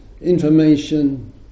information